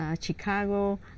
Chicago